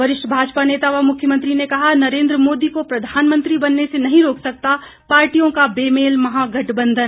वरिष्ठ भाजपा नेता व मुख्यमंत्री ने कहा नरेंद्र मोदी को प्रधानमंत्री बनने से नही रोक सकता पार्टियों का बेमेल महागठबंधन